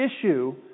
issue